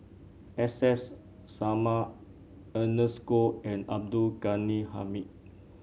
S S Sarma Ernest Goh and Abdul Ghani Hamid